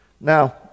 now